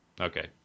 Okay